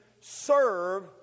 serve